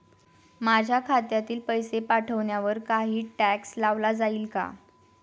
माझ्या खात्यातील पैसे पाठवण्यावर काही टॅक्स लावला जाईल का?